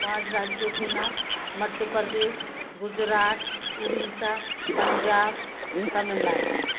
पाँच राज्यों के नाम मध्य प्रदेश गुजरात उड़ीसा पंजाब तमिलनाडू